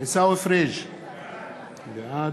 עיסאווי פריג' בעד